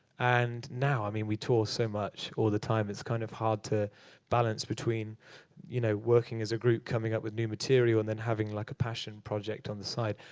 and now, i mean we tour so much all the time, it's kind of hard to balance between you know working as a group coming up with new material, and then having like a passion project on the side.